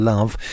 Love